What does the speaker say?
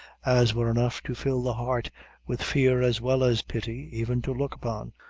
as were enough to fill the heart with fear as well as pity, even to look upon.